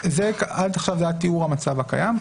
עד עכשיו זה היה תיאור המצב הקיים.